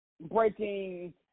breaking